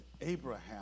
Abraham